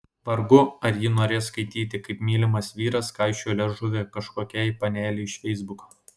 vargu ar ji norės skaityti kaip mylimas vyras kaišiojo liežuvį kažkokiai panelei iš feisbuko